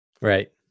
Right